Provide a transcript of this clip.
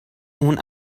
اون